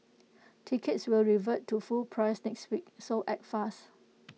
tickets will revert to full price next week so act fast